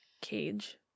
cage